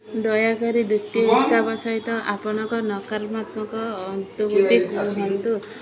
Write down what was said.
ଦୟାକରି ଦ୍ଵିତୀୟ ଉତ୍ପାଦ ସହିତ ଆପଣଙ୍କ ନକାରତ୍ମକ ଅନୁଭୂତି କୁହନ୍ତୁ